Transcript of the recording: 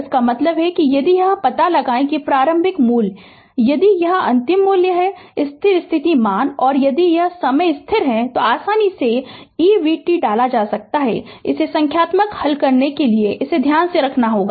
इसका मतलब है कि यदि पता है प्रारंभिक मूल्य यदि अंतिम मूल्य स्थिर स्थिति मान और यदि समय स्थिर है तो आसानी से e vt डाल सकते हैं इसे संख्यात्मक हल करने के लिए इसे ध्यान में रखना होगा